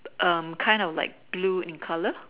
um kind of like blue in colour